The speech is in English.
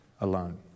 alone